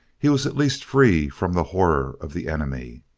he was at least free from the horror of the enemy.